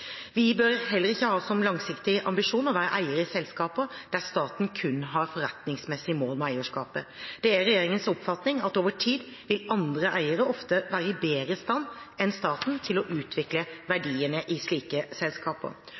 Vi bør heller ikke ha som langsiktig ambisjon å være eier i selskaper der staten kun har forretningsmessige mål med eierskapet. Det er regjeringens oppfatning at over tid vil andre eiere ofte være i bedre stand enn staten til å utvikle verdiene i slike selskaper.